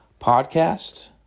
podcast